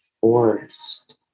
forest